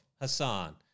Hassan